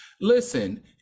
listen